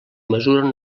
mesura